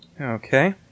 Okay